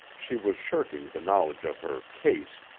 she was shirking the knowledge of her case,